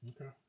Okay